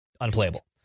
unplayable